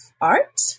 art